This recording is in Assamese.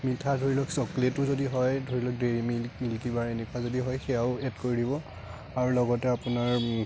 মিঠা ধৰি লওক চকলেটো যদি হয় ধৰি লওক ডেইৰী মিল্ক মিল্কীবাৰ এনেকুৱা এনেকুৱা যদি হয় সেয়াও এড কৰি দিব আৰু লগতে আপোনাৰ